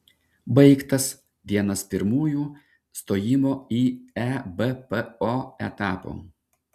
baigtas vienas pirmųjų stojimo į ebpo etapų